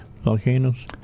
volcanoes